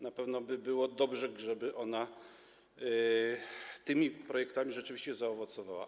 Na pewno byłoby dobrze, żeby ona tymi projektami rzeczywiście zaowocowała.